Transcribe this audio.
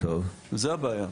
זה הבעיה.